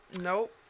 Nope